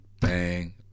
bang